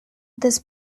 this